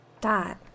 Dot